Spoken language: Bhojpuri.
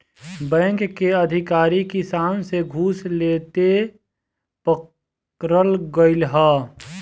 बैंक के अधिकारी किसान से घूस लेते पकड़ल गइल ह